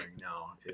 now